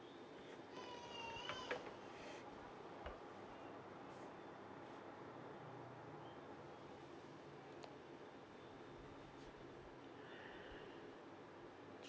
mm uh